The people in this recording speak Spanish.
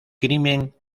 crimen